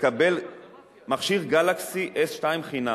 לקבל מכשיר "גלקסי S2" חינם.